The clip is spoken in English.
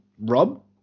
Rob